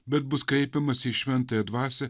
bet bus kreipiamasi į šventąją dvasią